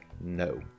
no